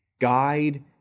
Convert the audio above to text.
guide